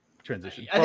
Transition